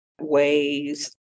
ways